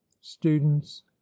students